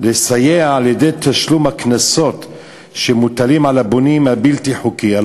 לסייע על-ידי תשלום הקנסות שמוטלים על הבונים בנייה בלתי חוקית.